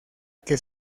que